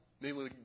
namely